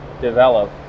develop